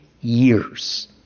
years